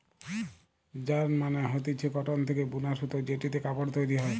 yarn মানে হতিছে cotton থেকে বুনা সুতো জেটিতে কাপড় তৈরী হয়